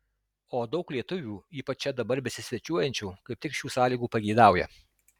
o daug lietuvių ypač čia dabar besisvečiuojančių kaip tik šių sąlygų pageidauja